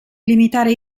limitare